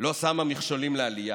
לא שמה מכשולים לעלייה.